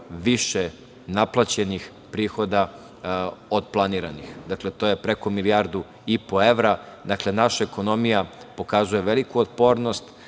više naplaćenih prihoda od planiranih. Dakle, to je preko 1,5 milijardi evra. Naša ekonomija pokazuje veliku otpornost,